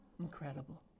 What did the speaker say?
incredible